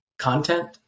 Content